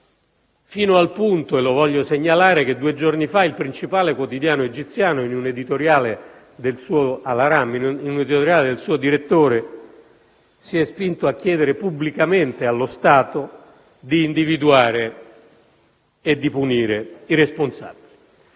fino al punto - e lo voglio segnalare - che due giorni fa il principale quotidiano egiziano, «Al-Ahram», in un editoriale del suo direttore, si è spinto a chiedere pubblicamente allo Stato di individuare e di punire i responsabili.